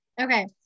Okay